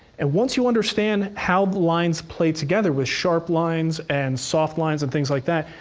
and once you understand how the lines play together with sharp lines and soft lines and things like that,